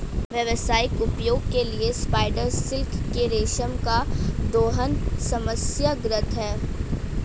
व्यावसायिक उपयोग के लिए स्पाइडर सिल्क के रेशम का दोहन समस्याग्रस्त है